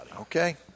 Okay